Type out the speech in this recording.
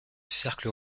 cercle